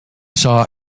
saw